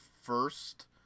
first